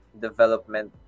development